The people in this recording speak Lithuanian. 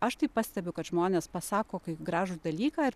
aš tai pastebiu kad žmonės pasako kai gražų dalyką ir